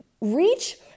reach